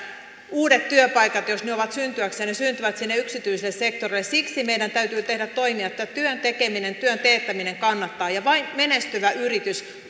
uudet työpaikat jos ne ovat syntyäkseen syntyvät sinne yksityiselle sektorille siksi meidän täytyy tehdä toimia jotta työn tekeminen työn teettäminen kannattaa ja menestyvä yritys